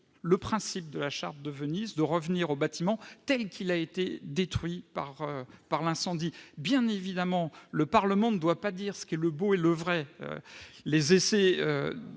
le principe de la charte de Venise, de revenir au bâtiment tel qu'il était avant d'être détruit par l'incendie. Bien évidemment, le Parlement ne doit pas dire ce qu'est le beau et le vrai. Les essais